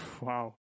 Wow